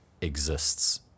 exists